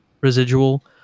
residual